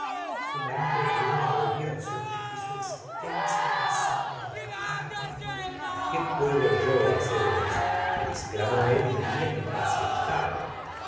que su marido le era odioso y su existencia insoportable y qué puedo yo hacer en eso exclamó él un dia impacientado